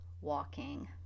walking